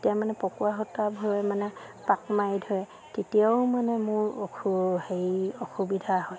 তেতিয়া মানে পকুৱা সূতা ভৰে মানে পাক মাৰি ধৰে তেতিয়াও মানে মোৰ অসু হেৰি অসুবিধা হয়